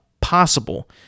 possible